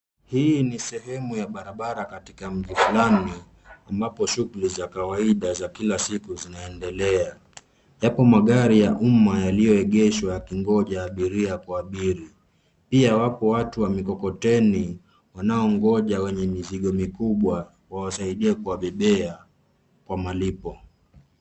Hii ni sehemu ya barabara katika mji fulani ambapo shuguli za kawaida za kila siku zinaendelea, yapo magari ya umma yaliyoegeshwa yakingoja abiria kuabiri. Pia wap watu wa mikokoteni wanaongoja wenye mizigo mikubwa wawasaidie kuwabebea kwa malipo.